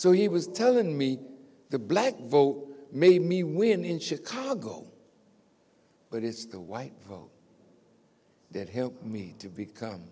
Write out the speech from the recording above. so he was telling me the black vote made me win in chicago but it's the white vote that helped me to become